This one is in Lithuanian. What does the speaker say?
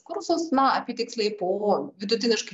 kursus na apytiksliai po vidutiniškai